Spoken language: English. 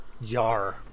yar